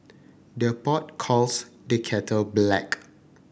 the pot calls the kettle black